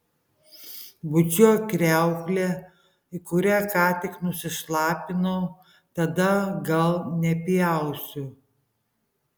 bučiuok kriauklę į kurią ką tik nusišlapinau tada gal nepjausiu